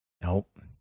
Nope